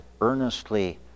earnestly